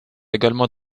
également